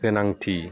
गोनांथि